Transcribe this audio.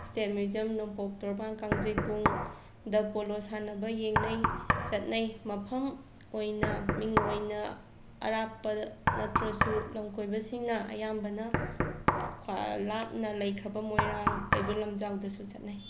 state museum ꯅꯣꯡꯄꯣꯛ ꯇꯣꯔꯕꯥꯟ ꯀꯥꯡꯖꯩꯕꯨꯡꯗ ꯄꯣꯂꯣ ꯁꯥꯟꯅꯕ ꯌꯦꯡꯅꯩ ꯆꯠꯅꯩ ꯃꯐꯝ ꯑꯣꯏꯅ ꯃꯤꯡ ꯑꯣꯏꯅ ꯑꯔꯥꯞꯄꯗ ꯅꯠꯇ꯭ꯔꯁꯨ ꯂꯝꯀꯣꯏꯕꯁꯤꯡꯅ ꯑꯌꯥꯝꯕꯅ ꯂꯥꯞꯅ ꯂꯩꯈ꯭ꯔꯕ ꯃꯣꯏꯔꯥꯡ ꯀꯩꯕꯨꯜ ꯂꯝꯖꯥꯎꯗꯁꯨ ꯆꯠꯅꯩ